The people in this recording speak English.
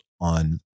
on